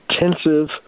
intensive